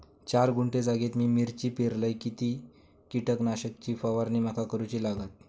चार गुंठे जागेत मी मिरची पेरलय किती कीटक नाशक ची फवारणी माका करूची लागात?